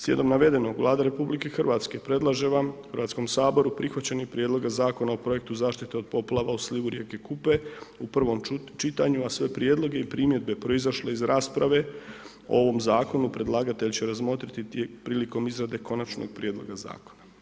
Slijedom navedenog, Vlada RH predlaže vam, Hrvatskom saboru prihvaćanje Prijedloga zakona o Projektu zaštite od poplava u slivu rijeku Kupe u prvom čitanju a sve prijedloge i primjedbe proizašle iz rasprave o ovom Zakonu predlagatelj će razmotriti prilikom izrade Konačnog prijedloga Zakona.